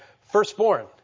firstborn